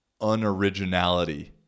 unoriginality